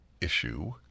issue